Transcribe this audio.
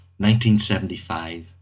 1975